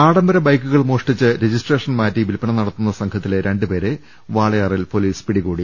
ആഡംബര ബൈക്കുകൾ മോഷ്ടിച്ച് രജിസ്ട്രേഷൻ മാറ്റി വിൽപ്പന നടത്തുന്ന സംഘത്തിലെ രണ്ട് പേരെ വാളയാറിൽ പോലീസ് പിടികൂടി